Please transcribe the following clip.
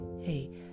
hey